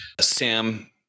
Sam